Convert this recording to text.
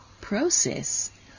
process